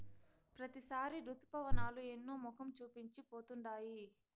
ప్రతిసారి రుతుపవనాలు ఎన్నో మొఖం చూపించి పోతుండాయి